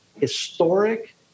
historic